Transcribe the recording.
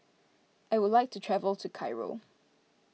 I would like to travel to Cairo